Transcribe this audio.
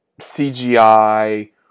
CGI